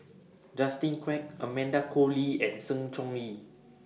Justin Quek Amanda Koe Lee and Sng Choon Yee